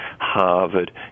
Harvard